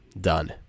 done